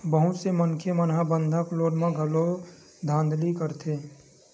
बहुत से मनखे मन ह बंधक लोन म घलो धांधली करथे